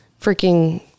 freaking